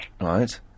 Right